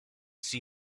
see